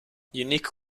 unique